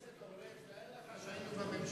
חבר הכנסת אורלב, תאר לך שהיינו בממשלה.